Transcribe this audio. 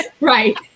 right